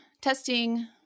testing